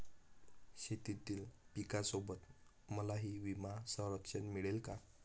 शेतीतील पिकासोबत मलाही विमा संरक्षण मिळेल का?